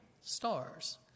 stars